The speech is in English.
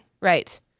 Right